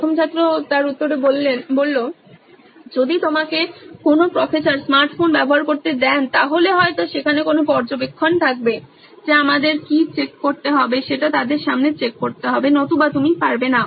প্রথম ছাত্র যদি তোমাকে কোন প্রফেসর স্মার্ট ফোন ব্যবহার করতে দেন তাহলে হয়তো সেখানে কোনো পর্যবেক্ষণ থাকবে যে আমাদের কি চেক করতে হবে সেটা তাদের সামনে চেক করতে হবে নতুবা তুমি পারবে না